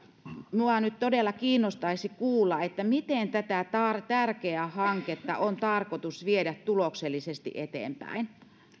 minua nyt todella kiinnostaisi kuulla miten tätä tärkeää hanketta on tarkoitus viedä tuloksellisesti eteenpäin